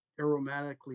aromatically